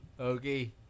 Okay